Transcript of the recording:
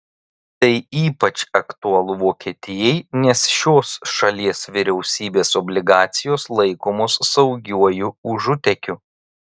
tai ypač aktualu vokietijai nes šios šalies vyriausybės obligacijos laikomos saugiuoju užutėkiu